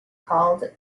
called